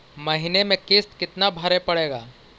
महीने में किस्त कितना भरें पड़ेगा?